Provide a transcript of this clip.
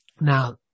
Now